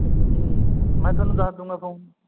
ਤਾਂ ਤੁਸੀਂ ਮੈਂ ਤੁਹਾਨੂੰ ਦੱਸ ਦੂੰਗਾ